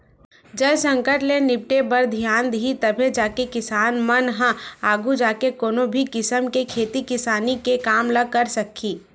जल संकट ले निपटे बर धियान दिही तभे जाके किसान मन ह आघू जाके कोनो भी किसम के खेती किसानी के काम ल करे सकही